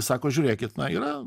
sako žiūrėkit na yra